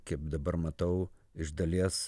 kaip dabar matau iš dalies